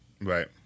Right